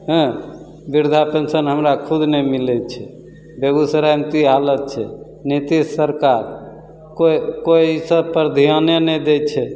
हँ बिरधा पेन्शन हमरा खुद नहि मिलै छै बेगूसरायमे तऽ ई हालत छै नितीश सरकार कोइ कोइ ई सबपर धिआने नहि दै छै